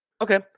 Okay